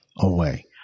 Away